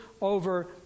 over